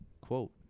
Quote